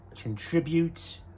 contribute